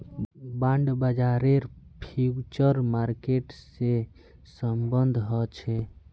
bond बाजारेर future market से सम्बन्ध ह छे